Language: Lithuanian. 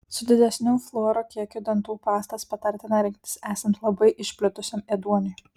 su didesniu fluoro kiekiu dantų pastas patartina rinktis esant labai išplitusiam ėduoniui